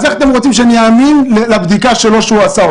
איך אתם רוצים שאני אאמין לבדיקה שהוא עשה?